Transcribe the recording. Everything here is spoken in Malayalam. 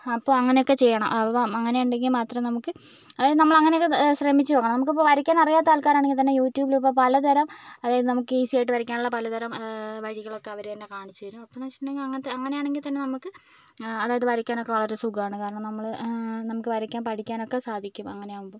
അപ്പം അങ്ങനെയൊക്കെ ചെയ്യണം അപ്പം അങ്ങനെയുണ്ടെങ്കിൽ മാത്രം നമുക്ക് അതായത് നമ്മൾ അങ്ങനെയൊക്കെ ശ്രമിച്ചു നോക്കണം നമുക്കിപ്പോൾ വരയ്ക്കാൻ അറിയാത്ത ആൾക്കാരാണെങ്കിൽ തന്നെ യൂട്യൂബിൽ ഇപ്പം പലതരം അതായത് നമുക്ക് ഈസി ആയിട്ട് വരയ്ക്കാനുള്ള പലതരം വഴികളൊക്കെ അവർ തന്നെ കാണിച്ചു തരും അപ്പൊന്നു വെച്ചിട്ടുണ്ടെങ്കിൽ അങ്ങനത്തെ അങ്ങനെയാണെങ്കിൽ തന്നെ നമുക്ക് അതായത് വരയ്ക്കാനൊക്കെ വളരെ സുഖമാണ് കാരണം നമ്മൾ നമുക്ക് വരയ്ക്കാൻ പഠിക്കാനൊക്കെ സാധിക്കും അങ്ങനെയാവുമ്പം